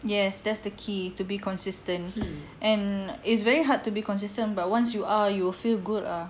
yes that's the key to be consistent and is very hard to be consistent but once you are you will feel good ah